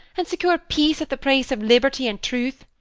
and secure peace at the price of liberty and truth?